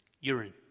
urine